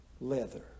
leather